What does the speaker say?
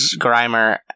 Grimer